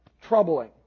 troubling